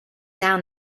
down